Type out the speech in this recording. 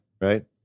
right